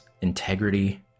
integrity